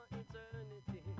eternity